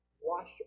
wash